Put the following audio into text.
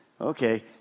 okay